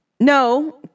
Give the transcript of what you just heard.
No